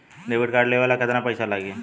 Debit card लेवे ला केतना पईसा लागी?